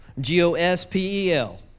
G-O-S-P-E-L